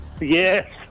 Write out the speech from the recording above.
Yes